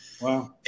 Wow